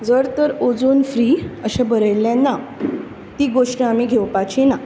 जर तर ozone free अशें बरयल्लें ना ती गोष्ट आमी घेवपाची ना